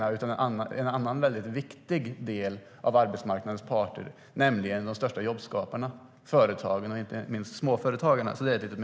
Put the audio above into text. Det finns en annan viktig del av arbetsmarknaden, nämligen de största jobbskaparna - företagen och inte minst småföretagarna.